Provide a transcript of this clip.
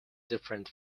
different